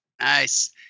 Nice